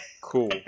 cool